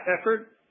effort